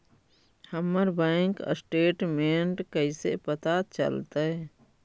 हमर bank statement कैसे पता चलतै?